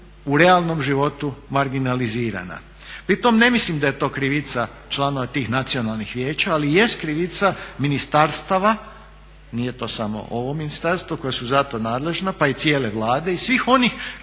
u realnom životu marginalizirana. Pri tome ne mislim da je to krivica članova tih nacionalnih vijeća ali jest krivica ministarstava, nije to samo ovo ministarstvo koja su za to nadležna pa i cijele Vlade i svih onih koji